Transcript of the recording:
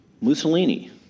Mussolini